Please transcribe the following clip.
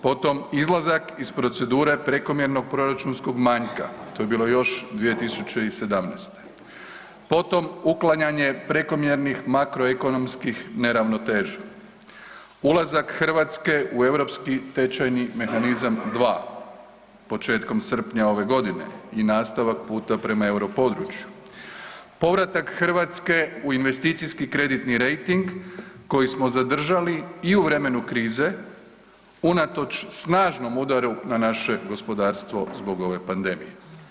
Potom izlazak iz procedure prekomjernog proračunskog manjka, to je bilo još 2017., potom uklanjanje prekomjernih makroekonomskih neravnoteža, ulazak Hrvatske u Europski tečajni mehanizam 2 početkom srpnja ove godine i nastavak puta prema euro području, povratak Hrvatske u investicijski kreditni rejting koji smo zadržali i u vremenu krize unatoč snažnom udaru na naše gospodarstvo zbog ove pandemije.